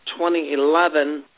2011